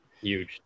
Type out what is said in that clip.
Huge